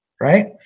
Right